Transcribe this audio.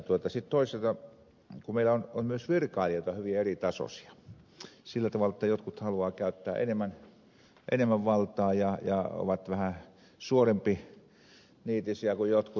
sitten toisaalta meillä on myös hyvin eritasoisia virkailijoita sillä tavalla että jotkut haluavat käyttää enemmän valtaa ja ovat vähän suorempiniitisiä kuin jotkut